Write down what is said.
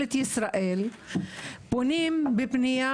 בממשלת ישראל פונים בפנייה